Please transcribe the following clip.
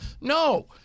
No